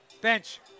Bench